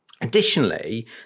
Additionally